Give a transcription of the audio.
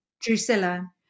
Drusilla